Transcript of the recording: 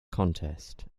contest